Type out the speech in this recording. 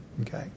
Okay